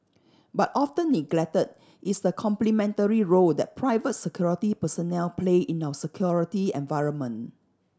but often neglected is the complementary role that private security personnel play in our security environment